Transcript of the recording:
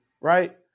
Right